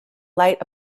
light